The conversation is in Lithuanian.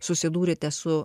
susidūrėte su